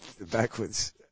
backwards